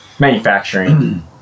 Manufacturing